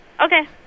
Okay